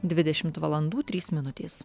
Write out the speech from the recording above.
dvidešimt valandų trys minutės